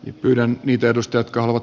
yhden ja perustyökalut